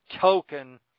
token